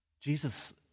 Jesus